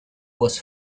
was